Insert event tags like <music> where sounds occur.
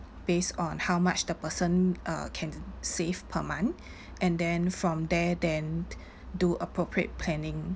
based on how much the person uh can save per month <breath> and then from there then do appropriate planning